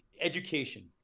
education